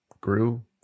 grew